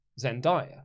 Zendaya